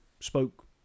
spoke